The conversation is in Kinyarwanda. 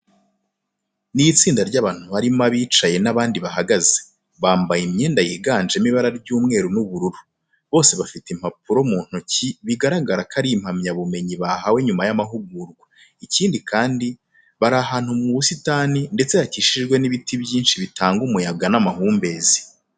Ni itsinda ry'abatu harimo abicaye n'abandi bahagaze, bambaye imyenda yiganjemo ibara ry'umweru n'ubururu. Bose bafite impapuro mu ntoki bigaragara ko ari impamyabumenyi bahawe nyuma y'amahugurwa. Ikindi kandi, bari ahantu mu busitani ndetse hakikijwe n'ibiti byinshi bitanga umuyaga n'amahumbezi.